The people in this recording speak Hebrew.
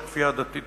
שהכפייה הדתית